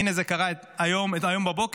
הינה, זה קרה היום בבוקר: